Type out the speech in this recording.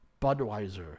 Budweiser